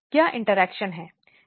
क्या इंटरेक्शन हैं